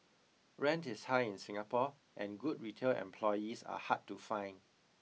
rent is high in Singapore and good retail employees are hard to find